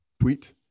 tweet